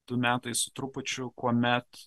du metai su trupučiu kuomet